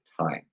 time